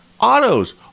Autos